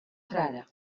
frare